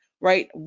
right